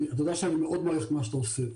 בגלל שאני מאוד מעריך את מה שאתה עושה,